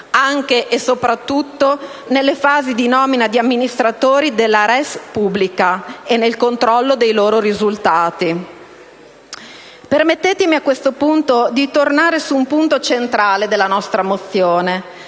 anche e soprattutto nelle fasi di nomina degli amministratori della *res publica* e nel controllo dei loro risultati. Permettetemi a questo punto di tornare su un punto centrale della nostra mozione: